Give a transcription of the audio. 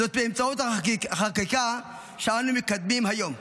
באמצעות החקיקה שאנו מקדמים היום.